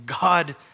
God